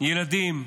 ילדים,